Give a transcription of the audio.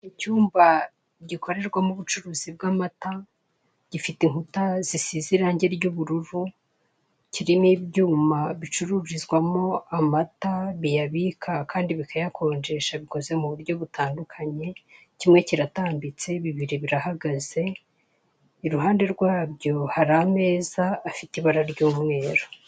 Icyumba gikorerwa mo ubucuruzi bw'amata, gifite inkuta zisize irange ry'ubururu, kirimo ibyuma bicururizwa mo amata, biyabika kandi bikayakonjesha bikoze mu buryo butandukanye, kimwe kiratambitse, bibiri birahagaze iruhande rwabyo hari ameza afite ibara ry'umweru.